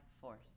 force